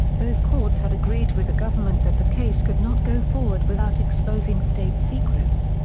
those courts had agreed with the government that the case could not go forward without exposing state secrets.